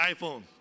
iPhone